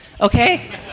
okay